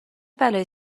بلایی